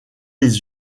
les